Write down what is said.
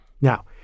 Now